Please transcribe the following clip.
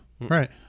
right